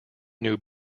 new